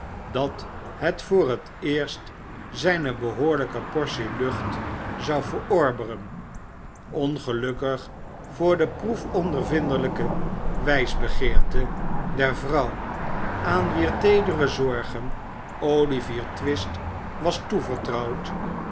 dat het voor teerst zijne behoorlijke portie lucht zou verorberen ongelukkig voor de proefondervindelijke wijsbegeerte der vrouw aan wier teedere zorgen olivier twist was toevertrouwd